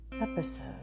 episode